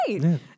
Right